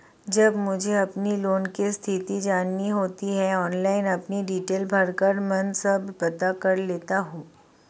जब मुझे अपने लोन की स्थिति जाननी होती है ऑनलाइन अपनी डिटेल भरकर मन सब पता कर लेता हूँ